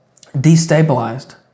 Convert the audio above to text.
destabilized